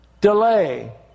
Delay